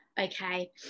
okay